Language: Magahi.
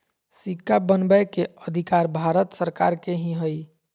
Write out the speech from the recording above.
सिक्का बनबै के अधिकार भारत सरकार के ही हइ